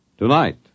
Tonight